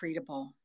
treatable